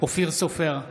אופיר סופר,